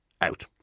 out